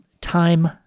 time